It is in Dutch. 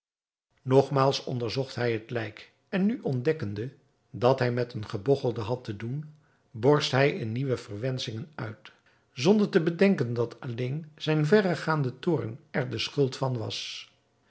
nogmaals onderzocht hij het lijk en nu ontdekkende dat hij met een gebogchelde had te doen gehad borst hij in nieuwe verwenschingen uit zonder te bedenken dat alleen zijn verregaande toorn er de schuld van was